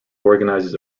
organizes